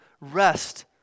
rest